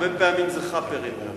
הרבה פעמים זה "חאפרים".